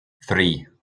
three